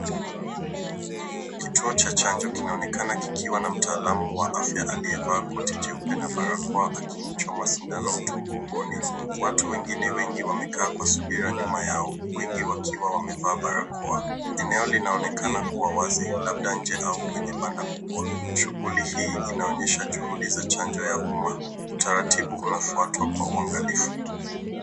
Kituo cha chanjo kinaonekana kikiwa na mtaalamu wa afya aliyevaa koti jeupe na barakoa akimchoma sindano mtu mgongoni. Watu wengine wengi wakekaa kwa subira nyuma yao wengi wakiwa wamevaa barakoa. Eneo linaonekana wazi, labda nje au kwenye banda kubwa. Shughuli hii inaonyesha juhudi za chanjo ya umma. Utaratibu unafuatwa kwa uangalifu.